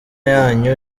yanyu